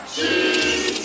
Cheese